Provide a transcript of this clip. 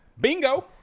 bingo